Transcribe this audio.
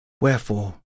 Wherefore